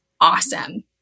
awesome